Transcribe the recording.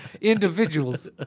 Individuals